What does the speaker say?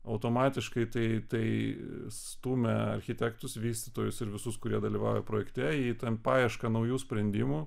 automatiškai tai tai stumia architektus vystytojus ir visus kurie dalyvauja projekte į ten paiešką naujų sprendimų